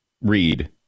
read